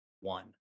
one